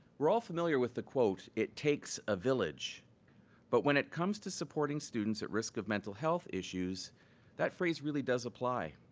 we're all familiar with the quote it takes a village but when it comes to supporting students at risk of mental health issues that phrase really does apply.